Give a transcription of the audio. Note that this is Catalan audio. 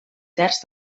terç